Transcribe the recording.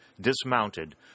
dismounted